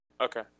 Okay